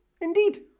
indeed